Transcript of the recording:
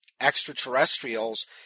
extraterrestrials